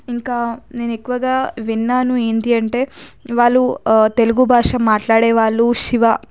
ఇంకా నేను ఎక్కువగా విన్నాను ఏంటి అంటే వాళ్ళు తెలుగు భాష మాట్లాడే వాళ్ళు శివ